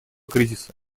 кризиса